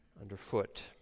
underfoot